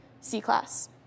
C-Class